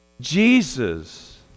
Jesus